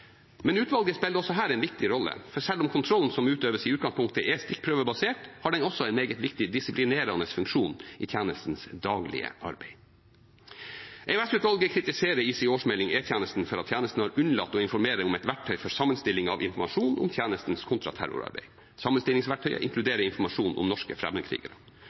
Men utvalget spiller også her en viktig rolle, for selv om kontrollen som utøves i utgangspunktet er stikkprøvebasert, har den også en meget viktig disiplinerende funksjon i tjenestens daglige arbeid. EOS-utvalget kritiserer i sin årsmelding E-tjenesten for at tjenesten har unnlatt å informere om et verktøy for sammenstilling av informasjon om tjenestens kontraterrorarbeid. Sammenstillingsverktøyet inkluderer informasjon om norske fremmedkrigere.